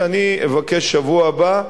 שאני אבקש בשבוע הבא,